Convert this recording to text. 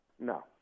No